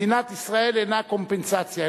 מדינת ישראל אינה קומפנסציה,